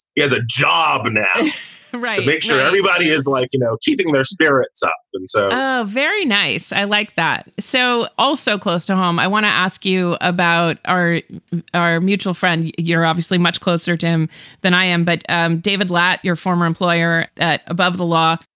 he has a job. now make sure everybody is like, you know, keeping their spirits up and so very nice. i like that. so also close to home, i want to ask you about our our mutual friend. you're obviously much closer to him than i am but david latt, your former employer, that above the law,